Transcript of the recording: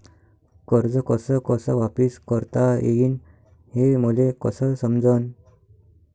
कर्ज कस कस वापिस करता येईन, हे मले कस समजनं?